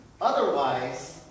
Otherwise